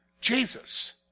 Jesus